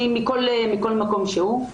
יש מכל מקום שהוא.